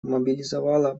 мобилизовала